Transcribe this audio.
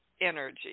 energy